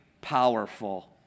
powerful